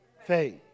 Faith